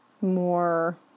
more